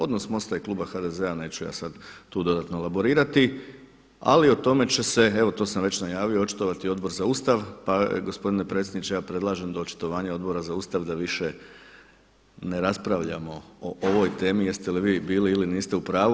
Odnos MOST-a i kluba HDZ-a neću ja sad tu dodatno elaborirati, ali o tome će se, evo to sam već najavio očitovati Odbor za Ustav, pa ja gospodine predsjedniče ja predlažem da očitovanje Odbora za Ustav da više ne raspravljamo o ovoj temi jeste li vi bili ili niste u pravu.